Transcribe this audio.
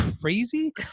crazy